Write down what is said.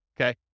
okay